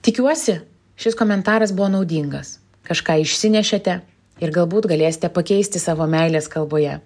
tikiuosi šis komentaras buvo naudingas kažką išsinešėte ir galbūt galėsite pakeisti savo meilės kalboje